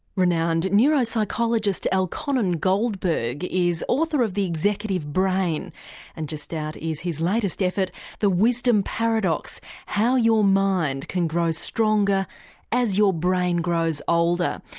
renowned neuro-psychologist elkhonon goldberg is author of the executive brain and just out is his latest effort the wisdom paradox how your mind can grow stronger as your brain grows older.